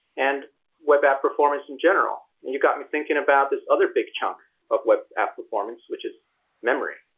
and web app performance in general. and you got me thinking about this other big chunk of web app performance, which is memory.